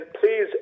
please